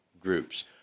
groups